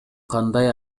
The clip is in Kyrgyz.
кандай